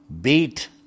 beat